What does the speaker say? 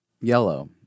yellow